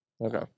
Okay